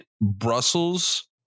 Brussels